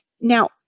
Now